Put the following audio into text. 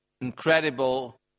incredible